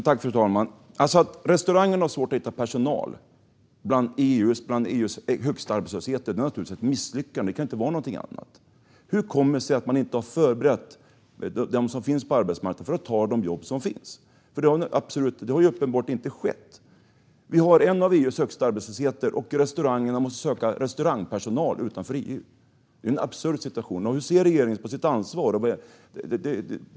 Fru talman! Att restaurangerna har svårt att hitta personal i ett land med en arbetslöshet som är bland EU:s högsta är naturligtvis ett misslyckande. Det kan inte vara någonting annat. Hur kommer det sig att man inte har förberett dem som finns på arbetsmarknaden för att ta de jobb som finns? Det har uppenbarligen inte skett. Vi har en av EU:s högsta arbetslösheter, och restaurangerna måste söka personal utanför EU. Det är en absurd situation. Hur ser regeringen på sitt ansvar?